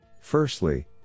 Firstly